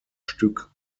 stück